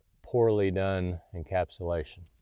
poorly done encapsulation.